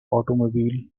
automobile